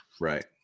Right